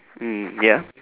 mm ya